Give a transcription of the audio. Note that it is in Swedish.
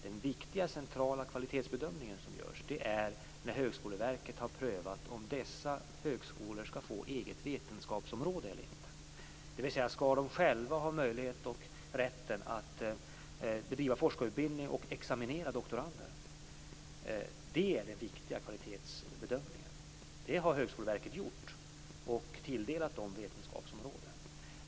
Den viktiga centrala kvalitetsbedömningen som görs är när Högskoleverket har prövat om dessa högskolor skall få eget vetenskapsområde eller inte. Skall de själva ha möjligheten och rätten att bedriva forskarutbildning och examinera doktorander? Det är den viktiga kvalitetsbedömningen. Den har Högskoleverket gjort, och det har tilldelat dem vetenskapsområden.